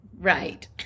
Right